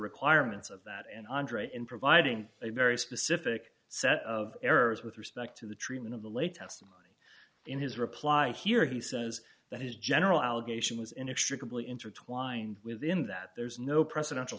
requirements of that and andrea in providing a very specific set of errors with respect to the treatment of the late testimony in his reply here he says that his general allegation was inexplicably intertwined within that there's no president